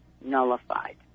nullified